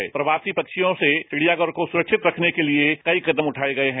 बाहरी प्रवासी पक्षियों से चिड़ियाघर को सुरक्षित रखने के लिए कई कदम उठाए गए हैं